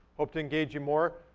hope to engage you more.